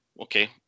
okay